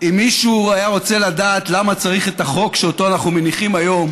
אם מישהו היה רוצה לדעת למה צריך את החוק שאותו אנחנו מניחים היום,